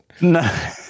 No